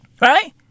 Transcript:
Right